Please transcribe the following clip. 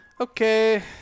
Okay